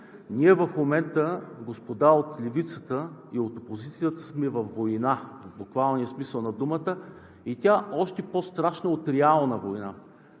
Ние в момента, господа от Левицата и от опозицията, сме във война в буквалния смисъл на думата и още по-страшно е от реална война.